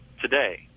today